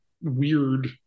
weird